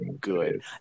good